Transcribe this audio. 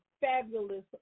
fabulous